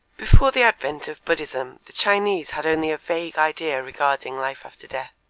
before the advent of buddhism the chinese had only a vague idea regarding life after death.